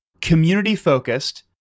community-focused